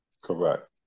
Correct